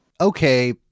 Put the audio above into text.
okay